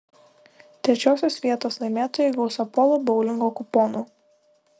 trečiosios vietos laimėtojai gaus apolo boulingo kuponų